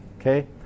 Okay